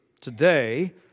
today